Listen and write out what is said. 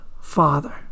Father